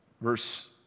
verse